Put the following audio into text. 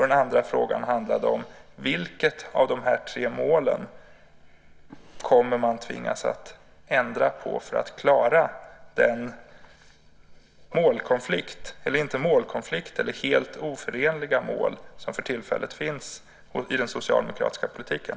Den andra frågan handlade om vilket av de här tre målen man kommer att tvingas att ändra på för att klara av de helt oförenliga mål som för tillfället finns i den socialdemokratiska politiken.